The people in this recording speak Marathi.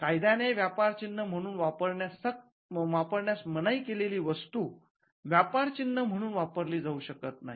कायद्याने व्यापार चिन्ह म्हणून वापरण्यास मनाई केलेली वस्तू व्यापार चिन्ह म्हणून वापरली जाऊ शकत नाही